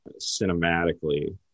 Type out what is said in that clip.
cinematically